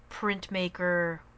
printmaker